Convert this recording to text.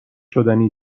شدنی